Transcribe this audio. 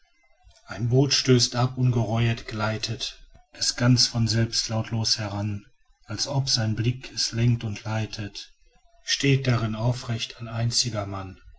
ein boot stößt ab ungerojet gleitet es ganz von selbst lautlos heran als ob sein blick es lenkt und leitet steht darin aufrecht ein einziger mann